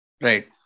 Right